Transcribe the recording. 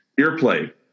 Earplay